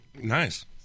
Nice